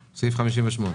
הזה.